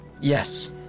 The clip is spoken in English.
Yes